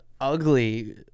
ugly